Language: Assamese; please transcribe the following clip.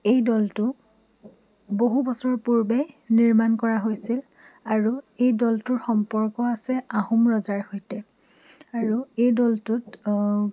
এই দৌলটো বহু বছৰ পূৰ্বে নিৰ্মাণ কৰা হৈছিল আৰু এই দৌলটোৰ সম্পৰ্ক আছে আহোম ৰজা সৈতে আৰু এই দৌলটোত